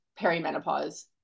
perimenopause